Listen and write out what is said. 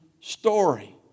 story